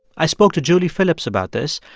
i spoke to julie phillips about this.